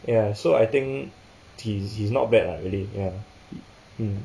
ya so I think he's he's not bad lah really ya